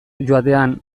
joatean